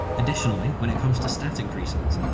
additionally, when it comes to stat increases,